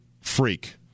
freak